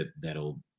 that'll